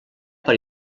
per